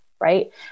Right